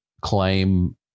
claim